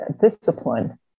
discipline